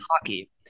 hockey